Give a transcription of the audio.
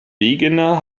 wegener